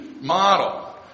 model